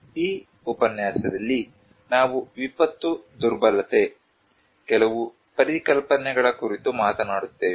ಈ ಉಪನ್ಯಾಸದಲ್ಲಿ ನಾವು ವಿಪತ್ತು ದುರ್ಬಲತೆ ಕೆಲವು ಪರಿಕಲ್ಪನೆಗಳ ಕುರಿತು ಮಾತನಾಡುತ್ತೇವೆ